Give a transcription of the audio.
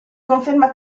conferma